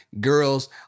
girls